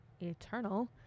eternal